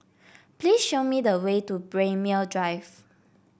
please show me the way to Braemar Drive